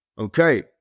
Okay